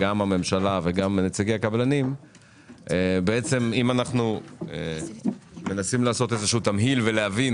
אם אנחנו מנסים לעשות איזה שהוא תמהיל ולהבין